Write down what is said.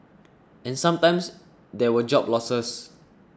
and sometimes there were job losses